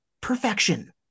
Perfection